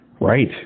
Right